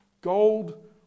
gold